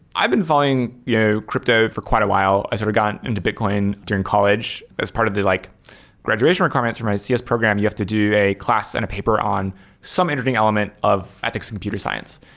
i've been following you know crypto for quite a while. i sort of got into bitcoin during college. as part of the like graduation requirements for my cs program, you have to do a class and a paper on some interesting element of i think some computer science.